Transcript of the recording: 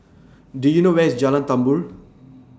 Do YOU know Where IS Jalan Tambur